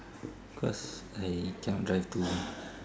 cause I cannot drive to